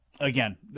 Again